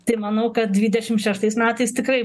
tai manau kad dvidešim šeštais metais tikrai